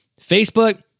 Facebook